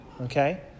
okay